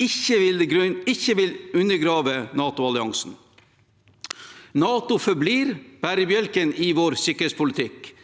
ikke vil undergrave NATO-alliansen. NATO forblir bærebjelken i vår sikkerhetspolitikk.